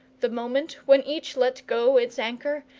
the moment when each let go its anchor,